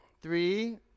Three